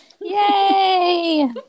Yay